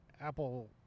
Apple